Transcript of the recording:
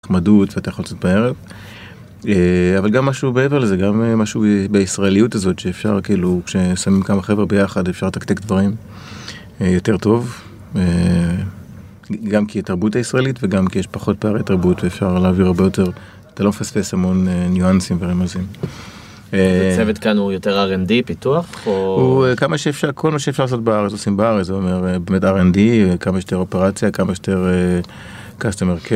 נחמדות, ואתה יכול לצאת בערב, אבל גם משהו מעבר לזה, גם משהו בישראליות הזאת שאפשר כאילו כששמים כמה חבר'ה ביחד אפשר לתקתק דברים יותר טוב, גם כי התרבות הישראלית וגם כי יש פחות פערי תרבות ואפשר להעביר הרבה יותר, אתה לא מפספס המון ניואנסים ורמזים. הצוות כאן הוא יותר R&D פיתוח? הוא כמה שאפשר, כל מה שאפשר לעשות בארץ עושים בארץ, באמת R&D, כמה שיותר אופרציה, כמה שיותר costumer care